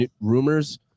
rumors